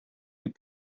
you